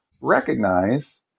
recognize